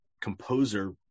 composer